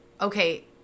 okay